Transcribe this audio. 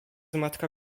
matka